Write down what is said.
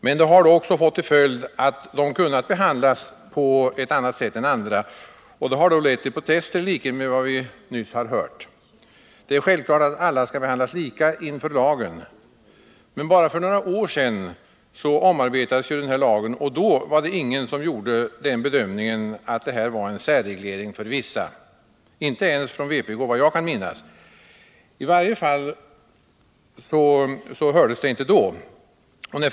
Men det har också fått till följd att de kunnat behandlas på ett annat sätt än andra, och det har lett till protester så som vi nyss har hört. Det är självklart att alla skall behandlas lika inför lagen, men bara för några år sedan omarbetades den här lagen, och då var det ingen som gjorde bedömningen att det här var en särreglering för vissa — den gjordes inte ens från vpk, vad jag kan minnas. I varje fall hördes det inte då någonting om det.